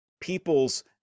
people's